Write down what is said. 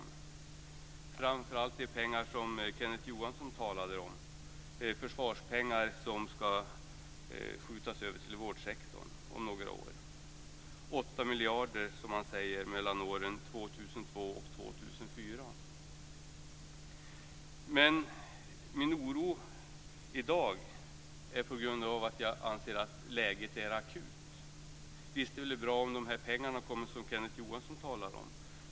Det gäller framför allt de pengar som Kenneth Johansson talade om, nämligen försvarspengar som skall skjutas över till vårdsektorn om några år. Man säger att det skall bli 8 Min oro i dag beror på att jag anser att läget är akut. Visst är det bra om de pengar som Kenneth Johansson talar om kommer.